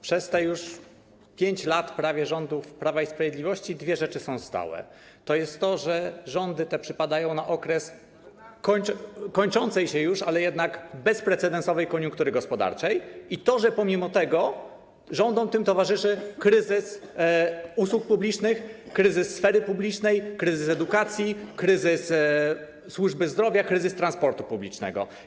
Przez te już prawie 5 lat rządów Prawa i Sprawiedliwości dwie rzeczy są stałe: to, że rządy te przypadają na okres kończącej się już, ale jednak bezprecedensowej koniunktury gospodarczej, a także to, że pomimo tego rządom tym towarzyszy kryzys usług publicznych, kryzys sfery publicznej, kryzys edukacji, kryzys służby zdrowia i kryzys transportu publicznego.